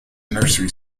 nursery